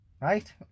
Right